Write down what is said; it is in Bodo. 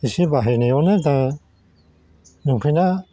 एसे बाहायनायावनो दा लंफेना